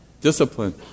Discipline